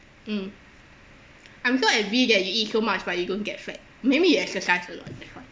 mm I'm so envy that you eat so much but you don't get fat maybe you exercise a lot that's why